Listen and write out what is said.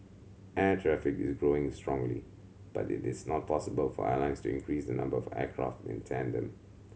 air traffic is growing strongly but it is not possible for airlines to increase the number of aircraft in tandem